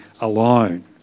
alone